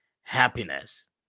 happiness